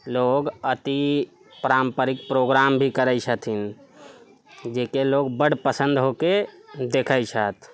लोग अति पारम्परिक प्रोग्राम भी करैत छथिन जेकरा लोक बड पसन्द होके देखैत छथि